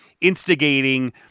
instigating